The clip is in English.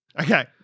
Okay